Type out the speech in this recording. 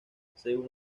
según